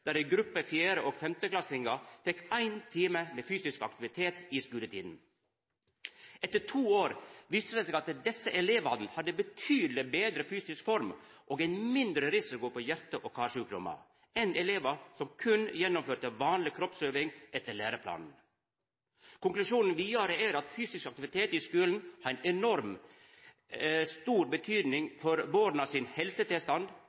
der ei gruppe 4.- og 5.-klassingar fekk ein time med fysisk aktivitet i skuletida. Etter to år viste det seg at desse elevane var i betydeleg betre fysisk form og hadde mindre risiko for hjarte- og karsjukdommar enn elevar som berre gjennomførte vanleg kroppsøving etter læreplanen. Konklusjonen vidare er at fysisk aktivitet i skulen har ei enormt stor betydning for borna sin helsetilstand,